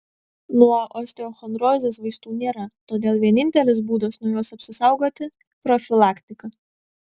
nuo osteochondrozės vaistų nėra todėl vienintelis būdas nuo jos apsisaugoti profilaktika